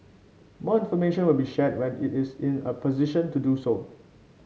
more information will be shared when it is in a position to do so